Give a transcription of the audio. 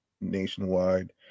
Nationwide